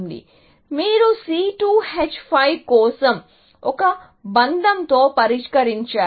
మీరు C2H5 కోసం ఒక బంధంతో పరిష్కరించారు